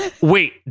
Wait